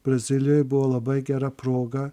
brazilijoj buvo labai gera proga